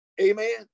Amen